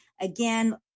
Again